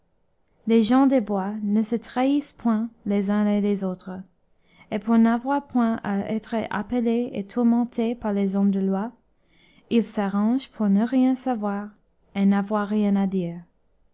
les gens des bois ne se trahissent point les uns les autres et pour n'avoir point à être appelés et tourmentés par les hommes de loi ils s'arrangent pour ne rien savoir et n'avoir rien à dire